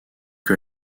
que